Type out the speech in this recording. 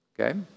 Okay